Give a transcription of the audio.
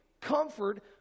comfort